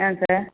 ஆ sir